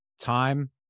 time